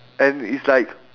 and it's like